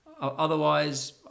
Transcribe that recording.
Otherwise